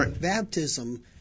Baptism